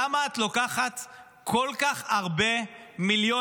למה את לוקחת כל כך הרבה מיליונים,